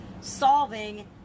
solving